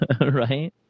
right